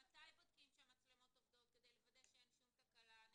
מתי בודקים כדי לוודא שאין תקלה במצלמות,